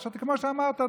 כמו שאמרת,